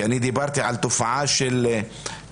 כי אני דיברתי על תופעה גם בחווארה,